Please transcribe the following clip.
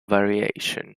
variation